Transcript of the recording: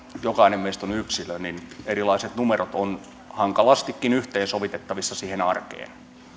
jokainen meistä on yksilö niin erilaiset numerot ovat hankalastikin yhteensovitettavissa siihen arkeen